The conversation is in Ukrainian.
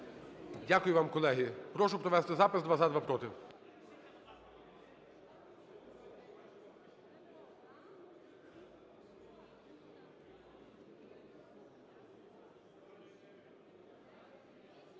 Дякую вам, колеги. Прошу провести запис: два – за, два – проти.